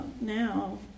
now